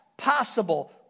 possible